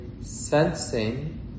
sensing